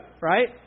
right